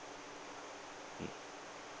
mm